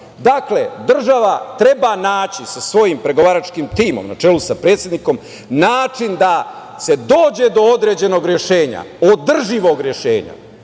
stvari. Dakle, država treba naći sa svojim pregovaračkim timom, na čelu sa predsednikom, način da se dođe do određenog rešenja, održivog rešenja,